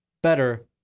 Better